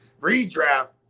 Redraft